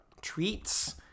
treats